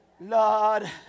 lord